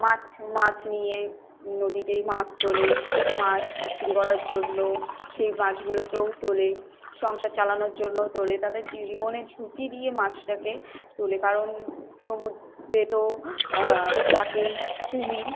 মাছ মাছ নিয়ে নদীতে মাছ তোলে মাছ বিক্রি করার জন্য সেই মাছগুলোকেও তোলে সংসার চালানোর জন্যও তোলে তাদের জীবনের ঝুঁকি দিয়ে মাছটাকে তোলে কারণ সমুদ্রে তো থাকেই কুমির